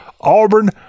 Auburn